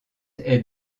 est